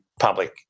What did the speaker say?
public